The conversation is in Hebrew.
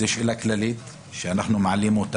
זו שאלה כללית שאנחנו מעלים.